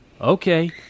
okay